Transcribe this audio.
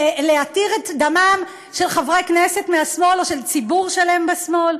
להתיר את דמם של חברי כנסת מהשמאל או של ציבור שלם בשמאל?